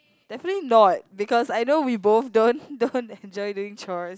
definitely not because I know we both don't don't enjoy doing chores